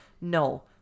No